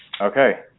Okay